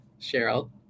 cheryl